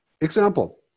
Example